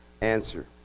answer